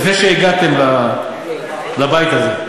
לפני שהגעתם לבית הזה.